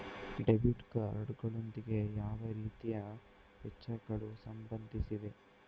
Debit card ಗಳೊಂದಿಗೆ ಯಾವ ರೀತಿಯ ವೆಚ್ಚಗಳು ಸಂಬಂಧಿಸಿವೆ?